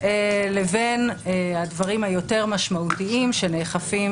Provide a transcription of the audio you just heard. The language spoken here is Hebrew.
לבין הדברים היותר משמעותיים שנאכפים